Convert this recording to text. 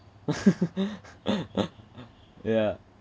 yeah